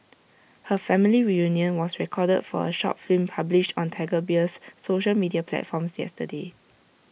her family reunion was recorded for A short film published on Tiger Beer's social media platforms yesterday